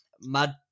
mad